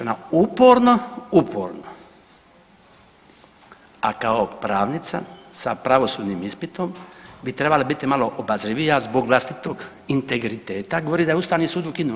Ona uporno, uporno a kao pravnica sa pravosudnim ispitom bi trebala biti malo obazrivija zbog vlastitog integriteta govori da je Ustavni sud ukinuo.